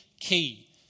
key